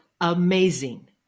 amazing